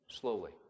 slowly